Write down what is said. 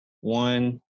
one